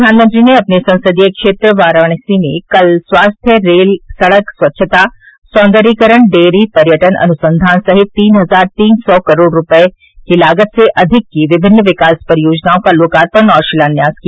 प्रधानमंत्री ने अपने संसदीय क्षेत्र वाराणसी में कल स्वास्थ्य रेल सड़क स्वच्छता सौन्दर्यीकरण डेयरी पयर्टन अनुसंधान सहित तीन हजार तीन सौ करोड़ रूपये की लागत से अधिक की विभिन्न विकास परियोजनाओं का लोकार्पण और शिलान्यास किया